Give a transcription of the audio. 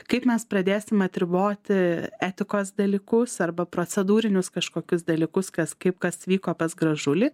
kaip mes pradėsime atriboti etikos dalykus arba procedūrinius kažkokius dalykus kas kaip kas vyko pas gražulį